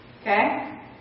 okay